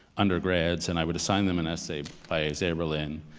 undergrads and i would assign them an essay by isaiah berlin,